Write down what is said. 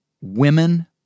women